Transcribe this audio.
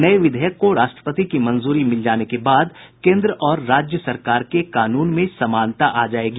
नये विधेयक को राष्ट्रपति की मंजूरी मिल जाने के बाद केन्द्र और राज्य सरकार के कानून में सामनता आ जायेगी